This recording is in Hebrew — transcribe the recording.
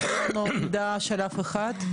שאין לנו עמדה של אף אחד,